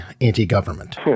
anti-government